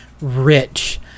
rich